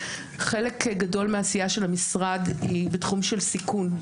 חלק גדול מהעשייה של המשרד היא בתחום של סיכון,